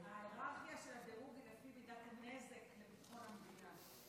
ההיררכיה של הדירוג היא לפי מידת הנזק לביטחון המדינה.